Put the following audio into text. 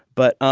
but